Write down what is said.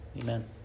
amen